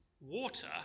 water